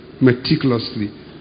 meticulously